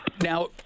Now